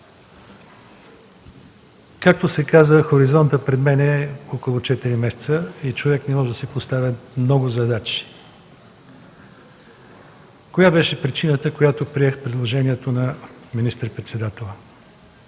Както се каза – хоризонтът пред мен е около 4 месеца и човек не може да си поставя много задачи. Коя беше причината, поради която приех предложението на министър-председателя?